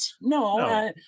No